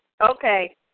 Okay